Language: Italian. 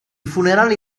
funerale